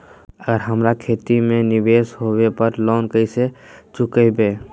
अगर हमरा खेती में निवेस होवे पर लोन कैसे चुकाइबे?